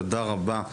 תודה רבה.